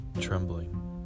trembling